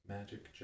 Magic